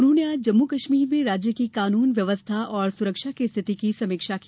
उन्होंने आज जम्मू कश्मीर में राज्य की कानून व्यवस्था और सुरक्षा की स्थिति की समीक्षा की